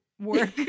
work